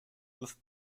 with